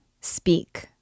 Speak